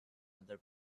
other